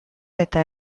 eta